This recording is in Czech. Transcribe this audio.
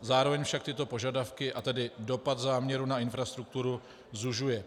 Zároveň však tyto požadavky, a tedy dopad záměru na infrastrukturu zužuje.